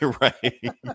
right